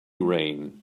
rain